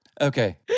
Okay